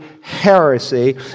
heresy